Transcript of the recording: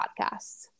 podcasts